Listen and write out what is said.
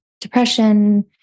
depression